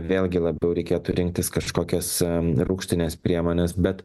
vėlgi labiau reikėtų rinktis kažkokias rūgštines priemones bet